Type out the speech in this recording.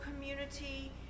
community